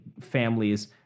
families